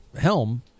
helm